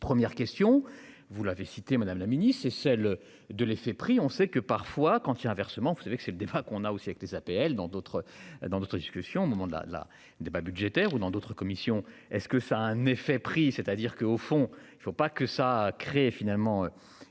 Première question, vous l'avez cité Madame la Ministre c'est celle de l'effet prix on sait que parfois quand il inversement vous savez que c'est le débat qu'on a aussi avec les APL dans d'autres dans d'autres discussions au moment de la la débat budgétaire ou dans d'autres commissions. Est-ce que ça a un effet prix, c'est-à-dire que, au fond, il ne faut pas que ça crée finalement